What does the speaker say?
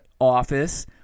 office